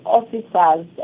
officers